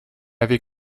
avait